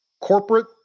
corporate